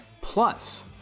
Plus